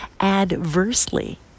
adversely